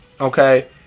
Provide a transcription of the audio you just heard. okay